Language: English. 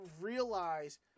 realize